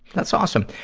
that's awesome.